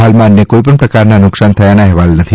હાલમાં અન્ય કોઈ પણ પ્રકારના નુકસાન થયા ના અહેવાલ નથી